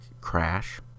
crash